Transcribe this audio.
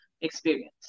experience